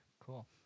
cool